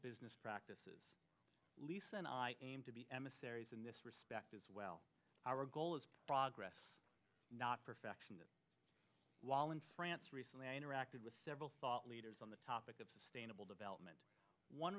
business practices lisa and i aim to be emissaries in this respect as well our goal is progress not perfection the wall in france recently i interacted with several thought leaders on the topic of sustainable development one